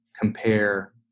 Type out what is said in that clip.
compare